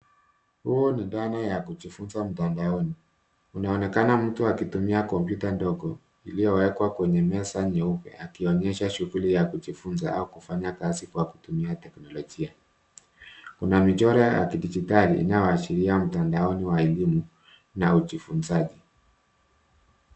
Huo ni dhana ya kujifunza mtandaoni. Unaonekana mtu akitumia kompyuta ndogo iliyowekwa kwenye meza nyeupe akionyesha shughuli ya kujifunza au kufanya kazi kwa kutumia teknolojia. Kuna michoro wa kidijitali inaoashiria mtandaoni wa elimu na ujifunzaji.